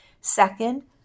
Second